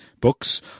books